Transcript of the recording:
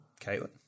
Caitlin